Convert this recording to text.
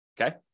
Okay